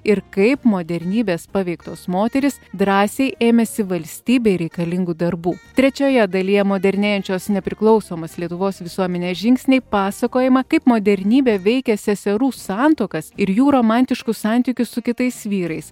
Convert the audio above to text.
ir kaip modernybės paveiktos moterys drąsiai ėmėsi valstybei reikalingų darbų trečioje dalyje modernėjančios nepriklausomos lietuvos visuomenės žingsniai pasakojama kaip modernybė veikė seserų santuokas ir jų romantiškus santykius su kitais vyrais